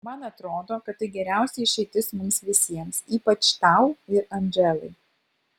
man atrodo kad tai geriausia išeitis mums visiems ypač tau ir andželai